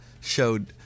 showed